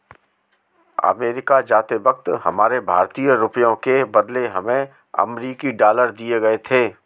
America जाते वक्त हमारे भारतीय रुपयों के बदले हमें अमरीकी डॉलर दिए गए थे